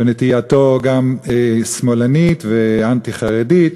ונטייתו גם שמאלנית ואנטי-חרדית,